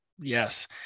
Yes